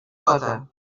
gota